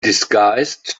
disguised